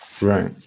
right